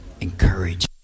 encourage